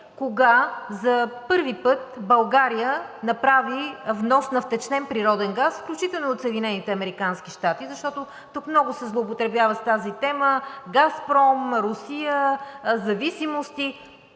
кога за първи път България направи внос на втечнен природен газ, включително от Съединените американски щати, защото тук много се злоупотребява с тази тема – „Газпром“, Русия, зависимости.